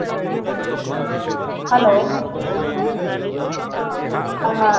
hello a